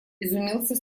изумился